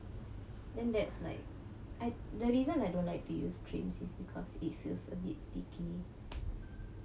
then that's like I the reason I don't like to use this cream is it feels a bit sticky